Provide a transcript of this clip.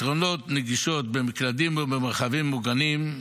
פתרונות נגישות במקלטים ובמרחבים מוגנים,